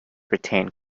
retained